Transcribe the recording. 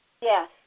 Yes